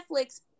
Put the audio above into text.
netflix